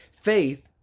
Faith